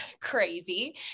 crazy